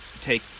take